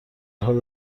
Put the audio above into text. حال